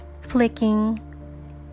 flicking